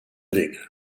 bringe